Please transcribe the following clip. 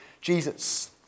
Jesus